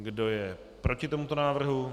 Kdo je proti tomuto návrhu?